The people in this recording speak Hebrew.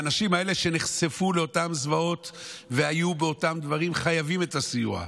האנשים האלה שנחשפו לאותן זוועות והיו באותם דברים חייבים את הסיוע.